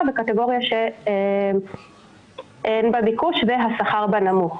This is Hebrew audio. וקטגוריה שאין בה ביקוש והשכר בה נמוך.